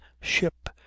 ship